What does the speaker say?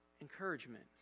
encouragement